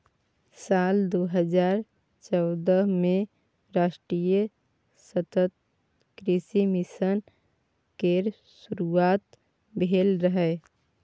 साल दू हजार चौदह मे राष्ट्रीय सतत कृषि मिशन केर शुरुआत भेल रहै